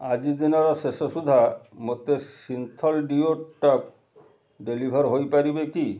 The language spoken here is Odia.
ଆଜି ଦିନର ଶେଷ ସୁଦ୍ଧା ମୋତେ ସିନ୍ଥଲ୍ ଡିଓ ଟକ୍ ଡେଲିଭର୍ ହୋଇ ପାରିବ କି